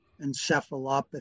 encephalopathy